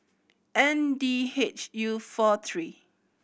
N D H U four three